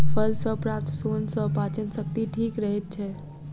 फल सॅ प्राप्त सोन सॅ पाचन शक्ति ठीक रहैत छै